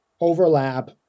Overlap